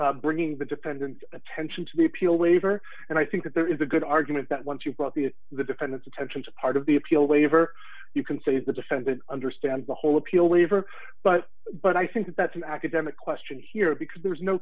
about bringing the defendant attention to be appealed laverick and i think that there is a good argument that once you've brought the the defendants attention to part of the appeal waiver you can say that the defendant understands the whole appeal lever but but i think that's an academic question here because there's no